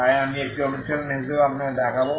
তাই আমি এটি একটি অনুশীলন হিসাবে আপনাকে দেব